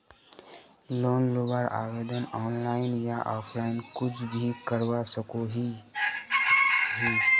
Loan लुबार आवेदन online या ऑफलाइन कुछ भी करवा सकोहो ही?